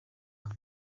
aha